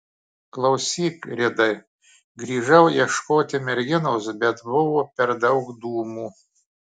klausyk ridai grįžau ieškoti merginos bet buvo per daug dūmų